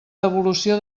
devolució